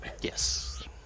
Yes